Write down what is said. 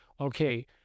Okay